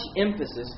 emphasis